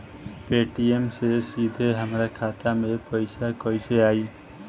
Paytm से सीधे हमरा खाता मे पईसा कइसे आई?